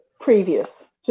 previous